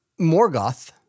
Morgoth